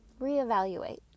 reevaluate